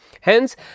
Hence